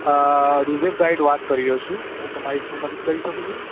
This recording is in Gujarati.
આ રૂઝેબ ગાઈડ વાત કરી રહ્યો છું હું તમારી શું મદદ કરી શકું છું